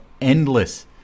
endless